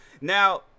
Now